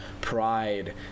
pride